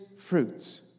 fruits